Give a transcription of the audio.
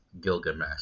Gilgamesh